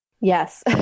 Yes